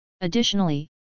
Additionally